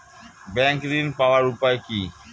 Bank ঋণ পাওয়ার উপায় কি?